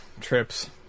trips